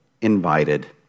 invited